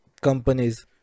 companies